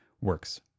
works